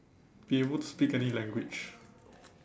be able to speak any language